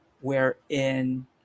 wherein